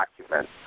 document